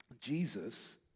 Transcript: Jesus